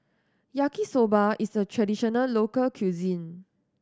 Yaki Soba is a traditional local cuisine